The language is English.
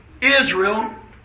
Israel